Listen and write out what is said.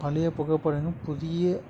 பழைய புகைப்படங்கள் புதிய